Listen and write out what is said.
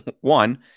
one